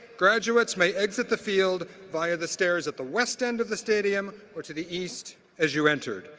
graduates may exit the field via the stairs at the west end of the stadium or to the east as you entered.